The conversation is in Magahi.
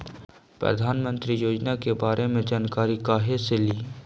प्रधानमंत्री योजना के बारे मे जानकारी काहे से ली?